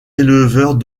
éleveurs